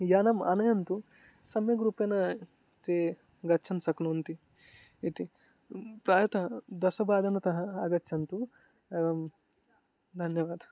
यानम् आनयन्तु सम्यग्रूपेण ते गच्छन्ति शक्नुवन्ति इति प्रायतः दशवादने आगच्छन्तु एवं धन्यवादः